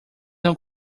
não